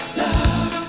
love